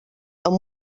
amb